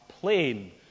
plain